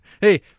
Hey